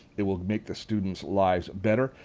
it would make the students' lives better.